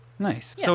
Nice